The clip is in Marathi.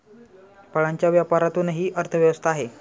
फळांच्या व्यापारातूनही अर्थव्यवस्था आहे